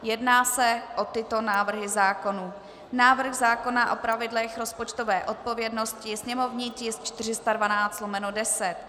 Jedná se o tyto návrhy zákonů: Návrh zákona o pravidlech rozpočtové odpovědnosti, sněmovní tisk 412/10.